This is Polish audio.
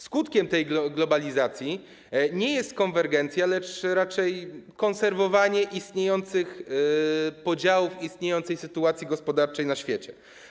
Skutkiem globalizacji nie jest konwergencja, a raczej jest konserwowanie istniejących podziałów, istniejącej sytuacji gospodarczej na świecie.